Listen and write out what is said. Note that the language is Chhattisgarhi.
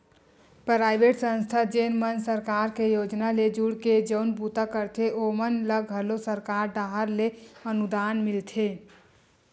पराइवेट संस्था जेन मन सरकार के योजना ले जुड़के जउन बूता करथे ओमन ल घलो सरकार डाहर ले अनुदान मिलथे